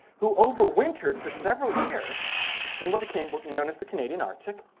who over wintered for several years in what became known as the canadian arctic.